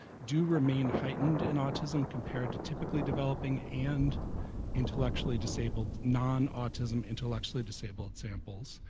do remain heightened in autism compared to typically developing and intellectually disabled nonautism intellectually disabled samples